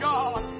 God